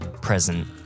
present